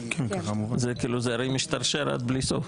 הרי זה כאילו משתרשר עד בלי סוף.